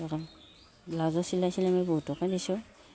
ধৰক ব্লাউজো চিলাই চিলাই মই বহুতকে দিছোঁ